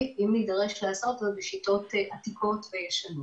אם נצטרך לעשות זאת בשיטות עתיקות וישנות.